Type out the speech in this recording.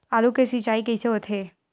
आलू के सिंचाई कइसे होथे?